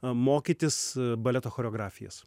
mokytis baleto choreografijos